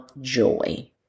joy